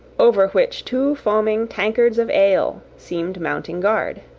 over which two foaming tankards of ale seemed mounting guard.